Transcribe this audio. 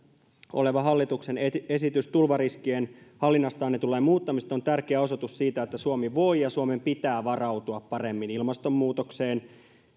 oleva hallituksen esitys tulvariskien hallinnasta annetun lain muuttamisesta on tärkeä osoitus siitä että suomi voi ja suomen pitää varautua paremmin ilmastonmuutokseen